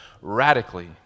radically